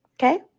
Okay